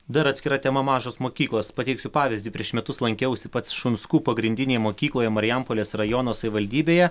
dar atskira tema mažos mokyklos pateiksiu pavyzdį prieš metus lankiausi pats šunskų pagrindinėje mokykloje marijampolės rajono savivaldybėje